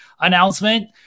announcement